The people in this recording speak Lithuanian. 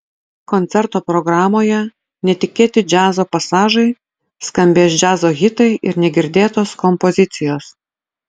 koncerto programoje netikėti džiazo pasažai skambės džiazo hitai ir negirdėtos kompozicijos